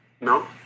No